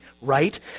right